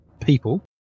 people